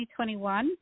2021